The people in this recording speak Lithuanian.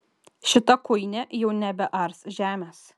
šita kuinė jau nebears žemės